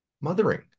mothering